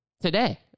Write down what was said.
today